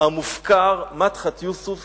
המופקר מדחת יוסף